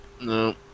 No